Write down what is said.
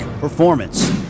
Performance